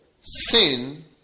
sin